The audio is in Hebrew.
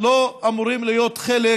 שלא אמורים להיות חלק